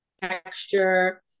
texture